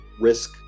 risk